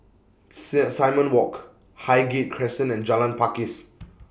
SIM Simon Walk Highgate Crescent and Jalan Pakis